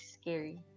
scary